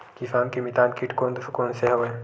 किसान के मितान कीट कोन कोन से हवय?